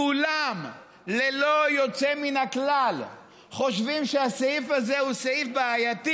כולם ללא יוצא מן הכלל חושבים שהסעיף הזה הוא סעיף בעייתי.